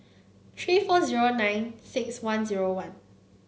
three four zero nine six one zero one